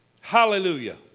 Hallelujah